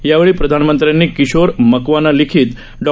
यावेळी प्रधानमंत्र्यांनी किशोर मकवाना लिखित डॉ